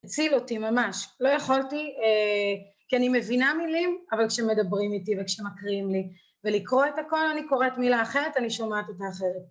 תציל אותי ממש, לא יכולתי כי אני מבינה מילים, אבל כשמדברים איתי וכשמקריאים לי ולקרוא את הכל אני קוראת מילה אחרת אני שומעת אותה אחרת